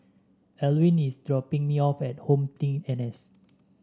Elwyn is dropping me off at HomeTeam N S